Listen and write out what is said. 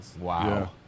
wow